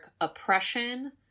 oppression